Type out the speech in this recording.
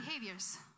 behaviors